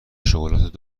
شکلات